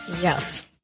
Yes